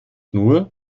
nur